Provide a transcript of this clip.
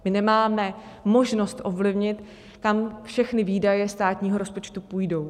My nemáme možnost ovlivnit, kam všechny výdaje státního rozpočtu půjdou.